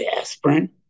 aspirin